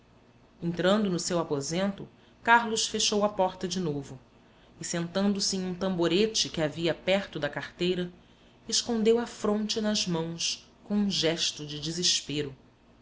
entrando no seu aposento carlos fechou a porta de novo e sentando-se em um tamborete que havia perto da carteira escondeu a fronte nas mãos com um gesto de desespero